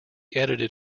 edited